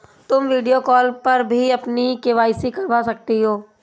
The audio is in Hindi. तुम वीडियो कॉल पर भी अपनी के.वाई.सी करवा सकती हो